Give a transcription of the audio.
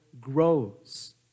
grows